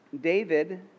David